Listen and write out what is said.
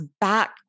back